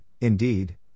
Indeed